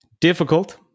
difficult